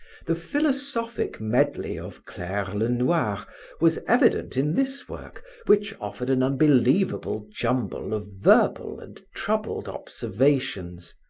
the philosophic medley of clair lenoir was evident in this work which offered an unbelievable jumble of verbal and troubled observations,